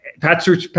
Patrick